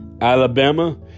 Alabama